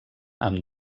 amb